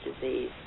disease